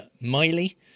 Miley